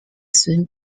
soon